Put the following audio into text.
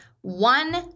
one